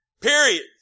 Period